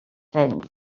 sensed